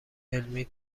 علمی